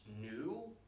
new